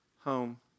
home